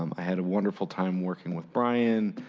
um i had a wonderful time working with brian,